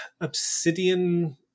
obsidian